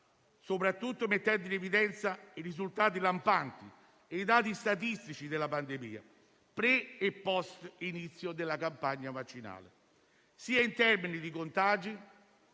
soprattutto mettendo in evidenza i risultati lampanti e i dati statistici della pandemia pre e *post* inizio della campagna vaccinale, in termini di contagi,